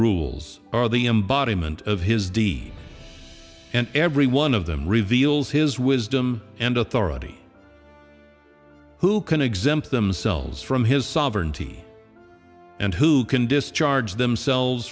rules are the embodiment of his deed and every one of them reveals his wisdom and authority who can exempt themselves from his sovereignty and who can discharge themselves